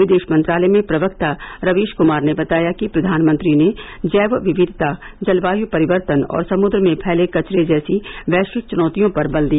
विदेश मंत्रालय में प्रवक्ता खीश कुमार ने बताया कि प्रधानमंत्री ने जैव विविधता जलवायू परिवर्तन और समुद्र में फैले कचरे जैसी वैश्विक चुनौतियों पर बल दिया